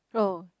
oh